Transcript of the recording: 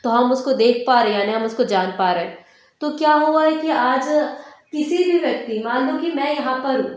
तो हम उसको देख पा रहे यानी हम उसको जान पा रहे तो क्या हुआ है कि आज किसी भी व्यक्ति मानों कि मैं यहाँ पर हूँ